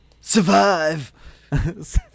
Survive